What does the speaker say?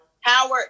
Howard